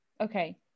okay